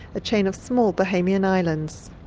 a chain of small bahamian islands.